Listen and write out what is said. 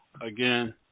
again